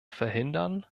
verhindern